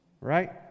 Right